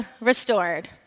restored